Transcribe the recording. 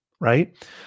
right